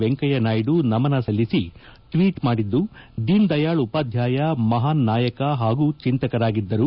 ವೆಂಕಯ್ಯ ನಾಯ್ದ ನಮನ ಸಲ್ಲಿಸಿ ಟ್ವೀಟ್ ಮಾಡಿದ್ದು ದೀನ್ದಯಾಳ್ ಉಪಾಧ್ವಾಯ ಮಹಾನ್ ನಾಯಕ ಹಾಗೂ ಚಿಂತಕರಾಗಿದ್ದರು